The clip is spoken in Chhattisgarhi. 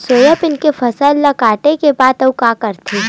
सोयाबीन के फसल ल काटे के बाद आऊ का करथे?